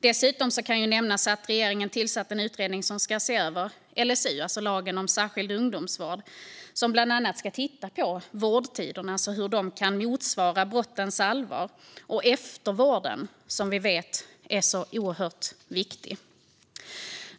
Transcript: Dessutom kan nämnas att regeringen har tillsatt en utredning som ska se över LSU, alltså den lag som rör särskild ungdomsvård, som bland annat ska titta på vårdtiderna - de ska motsvara brottens allvar - och den oerhört viktiga eftervården. Fru talman!